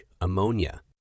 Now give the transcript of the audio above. ammonia